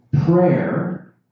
prayer